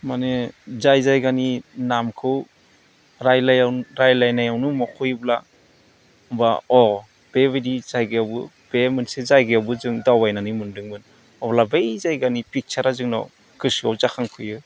माने जाय जायगानि नामखौ रायज्लायनायावनो मख'योब्ला होनबा अ बेबायदि जायगायावबो बे मोनसे जायगायावबो जों दावबायनानै मोनदोंमोन अब्ला बै जायगानि पिक्चारा जोंनाव गोसोआव जाखांफैयो